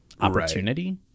opportunity